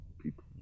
people